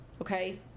Okay